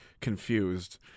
confused